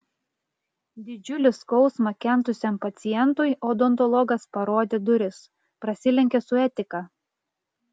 didžiulį skausmą kentusiam pacientui odontologas parodė duris prasilenkia su etika